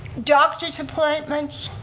doctors appointments,